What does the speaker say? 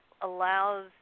allows